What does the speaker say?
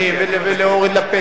ולפנסיה,